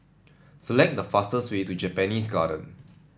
select the fastest way to Japanese Garden